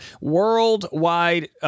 worldwide